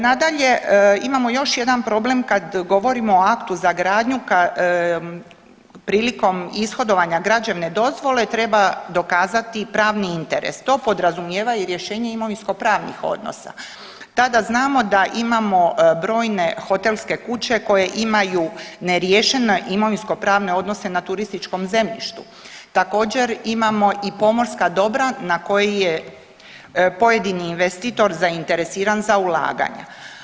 Nadalje, imamo još jedan problem kad govorimo o aktu za gradnju prilikom ishodovanja građevne dozvole treba dokazati i pravni interes, to podrazumijeva i rješenje imovinskopravnih odnosa, tada znamo da imamo brojne hotelske kuće koje imaju neriješeno imovinskopravne odnose na turističkom zemljištu, također imamo i pomorska dobra na koje je pojedini investitor zainteresiran za ulaganja.